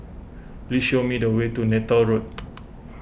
please show me the way to Neythal Road